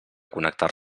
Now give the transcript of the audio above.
connectar